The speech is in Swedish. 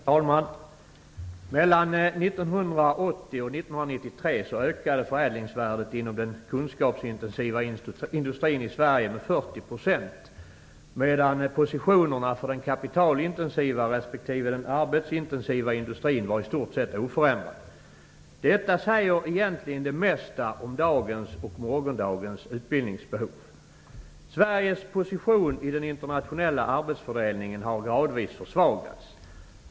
Herr talman! Mellan 1980 och 1993 ökade förädlingsvärdet inom den kunskapsintensiva industrin i Sverige med 40 %, medan positionerna för den kapitalintensiva respektive den arbetsintensiva industrin var i stort sett oförändrade. Detta säger egentligen det mesta om dagens och morgondagens utbildningsbehov. Sveriges position i den internationella arbetsfördelningen har gradvis försvagats.